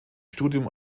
studium